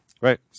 Right